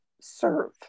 serve